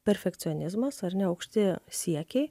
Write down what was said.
perfekcionizmas ar ne aukšti siekiai